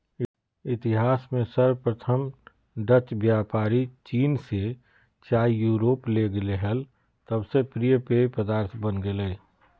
इतिहास में सर्वप्रथम डचव्यापारीचीन से चाययूरोपले गेले हल तब से प्रिय पेय पदार्थ बन गेलय